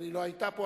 אבל היא לא היתה פה,